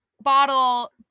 bottle